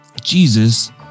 Jesus